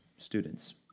students